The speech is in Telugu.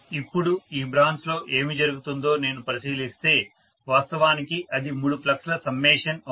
ఇప్పుడు ఈ బ్రాంచ్ లో ఏమి జరుగుతుందో నేను పరిశీలిస్తే వాస్తవానికి అది మూడు ఫ్లక్స్ ల సమ్మేషన్ అవుతుంది